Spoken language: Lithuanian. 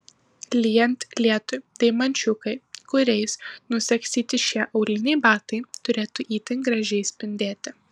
lyjant lietui deimančiukai kuriais nusagstyti šie auliniai batai turėtų itin gražiai spindėti